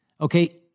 okay